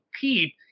keep